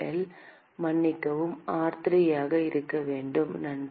r2L மன்னிக்கவும் r3 ஆக இருக்க வேண்டும் நன்றி